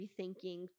rethinking